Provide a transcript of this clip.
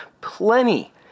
plenty